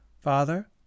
Father